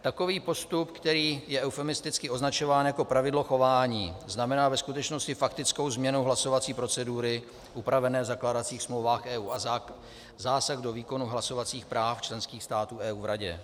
Takový postup, který je eufemisticky označován jako pravidlo chování, znamená ve skutečnosti faktickou změnu hlasovací procedury upravené v zakládacích smlouvách EU a zásah do výkonu hlasovacích práv členských států EU v Radě.